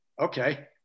Okay